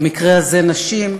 במקרה הזה נשים,